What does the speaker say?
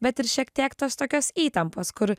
bet ir šiek tiek tos tokios įtampos kur